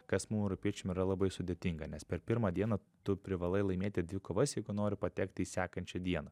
kas mum europiečiam yra labai sudėtinga nes per pirmą dieną tu privalai laimėti dvi kovas jeigu nori patekt į sekančią dieną